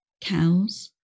cows